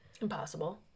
impossible